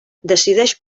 decideix